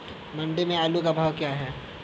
मंडी में आलू का भाव क्या है?